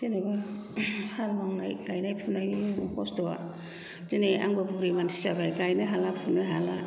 हाल मावनाय गायनाय फुनाय खस्ट'या दिनै आंबो बुरि मानसि जाबाय गायनो हाला फुनो हाला